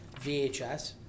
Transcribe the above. VHS